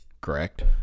correct